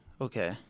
Okay